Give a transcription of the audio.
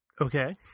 Okay